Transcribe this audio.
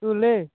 ତୁ ଲେ